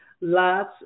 lots